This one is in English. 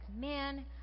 Man